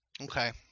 Okay